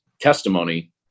testimony